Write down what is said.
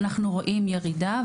ואנחנו רואים ירידה,